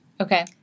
Okay